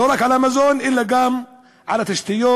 לא רק על המזון אלא גם על התשתיות,